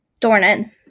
Dornan